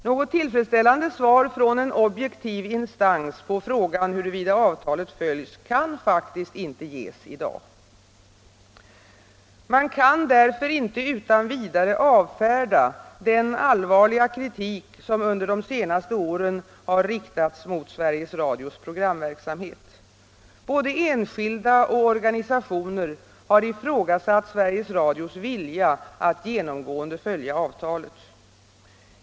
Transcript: Något tillfredsställande svar från en objektiv instans på frågan huruvida avtalet följs kan faktiskt inte ges i dag. Man kan därför inte utan vidare avfärda den allvarliga kritik som under de senaste åren har riktats mot Sveriges Radios programverksamhet. Såväl enskilda som organisationer har ifrågasatt Sveriges Radios vilja att genomgående följa avtalet.